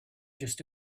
just